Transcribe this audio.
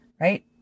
Right